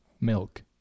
milk